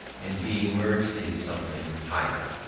and being merged in something higher.